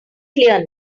clear